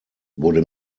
wurde